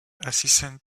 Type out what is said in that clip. assistant